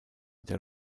der